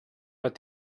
but